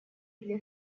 для